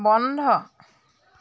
বন্ধ